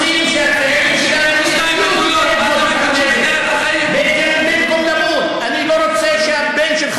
אנחנו רוצים שהצעירים שלנו יחיו כדי לבנות את המולדת,